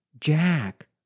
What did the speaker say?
Jack